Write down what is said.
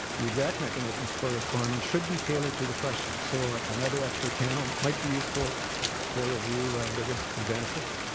the exact mechanisms for responding should be tailored to the questions. so another expert panel might be useful for review of the risks and benefits.